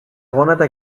γόνατα